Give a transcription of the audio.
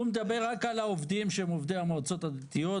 הוא מדבר רק על העובדים שהם עובדי המועצות הדתיות,